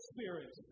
Spirit